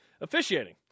officiating